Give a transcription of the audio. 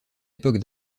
époque